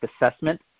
assessment